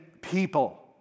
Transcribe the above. people